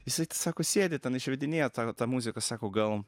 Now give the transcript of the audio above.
jisai sako sėdi ten išvedinėja tą tą muziką sako gal